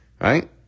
right